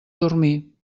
dormir